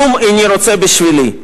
כלום איני רוצה בשבילי.